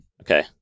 Okay